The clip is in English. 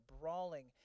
brawling